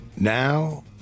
Now